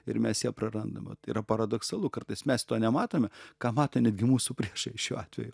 ir mes ją prarandam vat yra paradoksalu kartais mes to nematome ką mato netgi mūsų priešai šiuo atveju